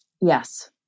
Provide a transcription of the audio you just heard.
Yes